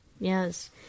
Yes